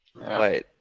Wait